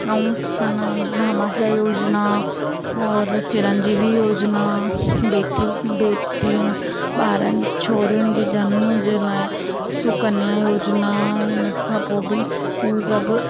ऐं हुन भामाशाह योजिना और चिरंजीवी योजिना बेटी बेटियनि ॿारनि छोरियुनि जी जनम जे लाइ सुकन्या योजिना हुन खां पोइ बि हू सभु